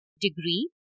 degree